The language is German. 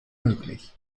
möglich